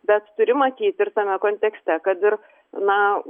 bet turi matyt ir tame kontekste kad ir na